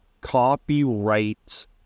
copyright